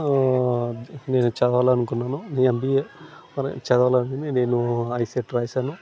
నేను చదవాలనుకున్నాను అదీ ఎంబీఏ మరి చదవాలనుకుని నేను ఐసెట్ రాసాను